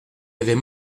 avait